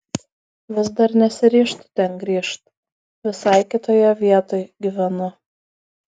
vis dar nesiryžtu ten grįžt visai kitoje vietoj gyvenu